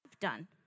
done